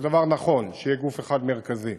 זה דבר נכון שיהיה גוף אחד מרכזי.